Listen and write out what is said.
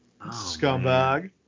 Scumbag